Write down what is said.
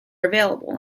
available